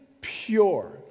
pure